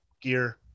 gear